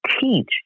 teach